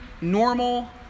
normal